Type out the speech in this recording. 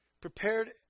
prepared